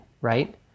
right